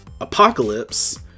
Apocalypse